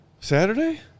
Saturday